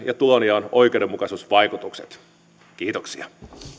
ja tulonjaon oikeudenmukaisuusvaikutukset kiitoksia